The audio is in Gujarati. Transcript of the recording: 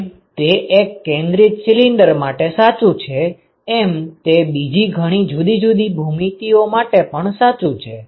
જેમ તે એક કેન્દ્રિત સિલિન્ડર માટે સાચું છે એમ તે બીજી ઘણી જુદી જુદી ભૂમિતિઓ માટે પણ સાચું છે